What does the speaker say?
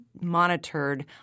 monitored